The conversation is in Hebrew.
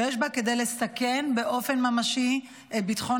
שיש בה כדי לסכן באופן ממשי את ביטחון